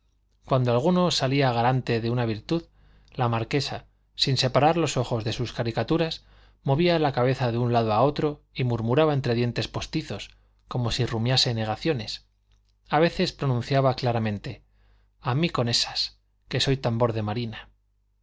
cuando alguno salía garante de una virtud la marquesa sin separar los ojos de sus caricaturas movía la cabeza de un lado a otro y murmuraba entre dientes postizos como si rumiase negaciones a veces pronunciaba claramente a mí con esas que soy tambor de marina